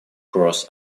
cross